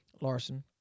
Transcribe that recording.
Larson